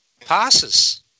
passes